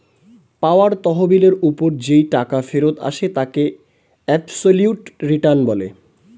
পাওয়া তহবিলের ওপর যেই টাকা ফেরত আসে তাকে অ্যাবসোলিউট রিটার্ন বলে